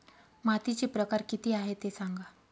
मातीचे प्रकार किती आहे ते सांगा